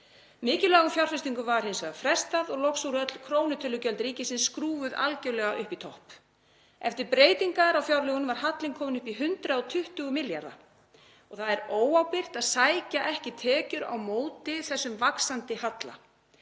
Mikilvægum fjárfestingum var hins vegar frestað og loks voru öll krónutölugjöld ríkisins skrúfuð algjörlega upp í topp. Eftir breytingar á fjárlögunum var hallinn kominn upp í 120 milljarða og það er óábyrgt að sækja ekki tekjur á móti þessum vaxandi halla.